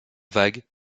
vagues